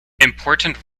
important